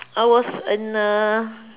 I was in a